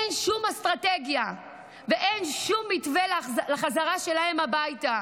אין שום אסטרטגיה ואין שום מתווה לחזרה שלהם הביתה.